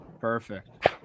perfect